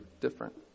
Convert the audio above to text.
different